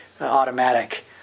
automatic